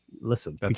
listen